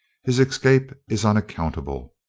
his escape is unaccountable.